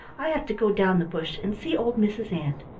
i have to go down the bush and see old mrs. ant.